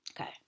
Okay